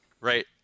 Right